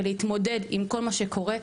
ולהתמודד עם כל מה שקורה,